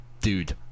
dude